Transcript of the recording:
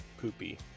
Poopy